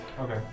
Okay